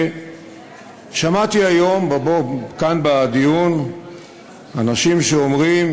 שמעתי בדיון כאן היום אנשים שאומרים,